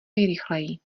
nejrychleji